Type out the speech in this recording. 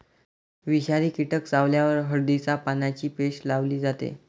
विषारी कीटक चावल्यावर हळदीच्या पानांची पेस्ट लावली जाते